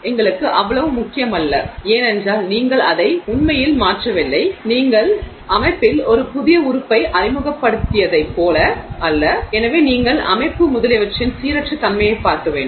எங்களுக்கு அவ்வளவு முக்கியமல்ல ஏனென்றால் நீங்கள் அதை உண்மையில் மாற்றவில்லை நீங்கள் அமைப்பில் ஒரு புதிய உறுப்பை அறிமுகப்படுத்தியதைப் போல அல்ல எனவே நீங்கள் அமைப்பு முதலியவற்றின் சீரற்ற தன்மையைப் பார்க்க வேண்டும்